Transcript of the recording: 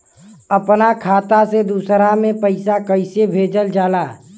अपना खाता से दूसरा में पैसा कईसे भेजल जाला?